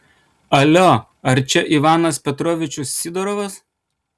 alio ar čia ivanas petrovičius sidorovas